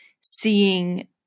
seeing